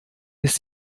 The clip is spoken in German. ist